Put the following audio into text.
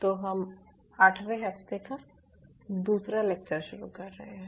तो हम आठवें हफ्ते का दूसरा लेक्चर शुरू कर रहे हैं